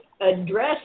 Address